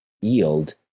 yield